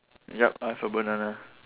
yup I have a banana